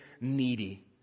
needy